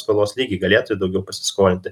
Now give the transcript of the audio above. skolos lygį galėtų daugiau pasiskolinti